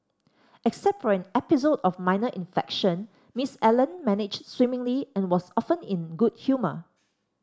except for an episode of minor infection Miss Allen managed swimmingly and was often in good humour